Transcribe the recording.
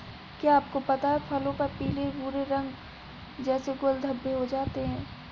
क्या आपको पता है फलों पर पीले भूरे रंग जैसे गोल धब्बे हो जाते हैं?